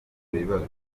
ibibazo